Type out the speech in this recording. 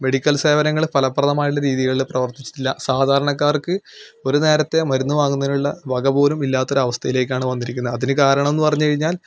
medical സേവനങ്ങൾ ഫലപ്രദമായിട്ടുള്ള രീതിയിൽ പ്രവർത്തിച്ചിട്ടില്ല സാധാരണക്കാർക്ക് ഒരു നേരത്തെ മരുന്ന് വാങ്ങുന്നതിനുള്ള വക പോലും ഇല്ലാത്ത ഒരു അവസ്ഥയിലേക്കാണ് വന്നിരിക്കുന്നത് അതിന് കാരണം എന്ന് പറഞ്ഞു കഴിഞ്ഞാൽ